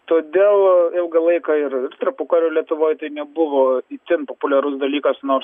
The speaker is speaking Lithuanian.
todėl ilgą laiką ir tarpukario lietuvoje nebuvo itin populiarus dalykas nors